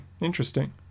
Interesting